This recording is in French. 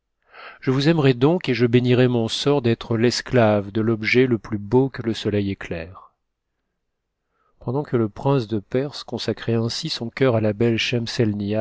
je vous aimerai donc et je bénirai mon sort d'être l'esclave de l'objet le plus beau que le soleil éclaire pendant que le prince de perse consacrait ainsi son cœur a la belle